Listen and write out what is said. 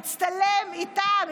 הצטלם איתם,